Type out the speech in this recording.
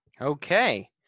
Okay